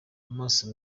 amaso